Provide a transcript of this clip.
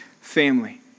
family